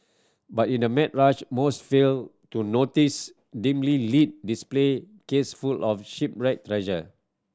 but in the mad rush most fail to notice dimly lit display case full of shipwreck treasure